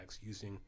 using